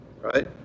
right